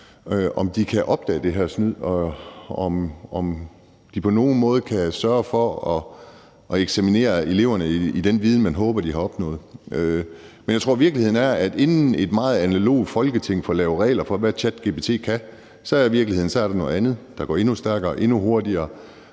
om de kan opdage det her snyd, og om de på nogen måde kan sørge for at eksaminere eleverne i den viden, man håber de har opnået. Men jeg tror, at inden et meget analogt Folketing får lavet regler for, hvad ChatGPT kan, så er virkeligheden, at så er der noget andet, der går endnu stærkere, endnu hurtigere,